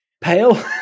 pale